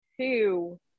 two